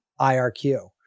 IRQ